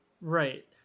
Right